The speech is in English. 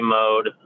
mode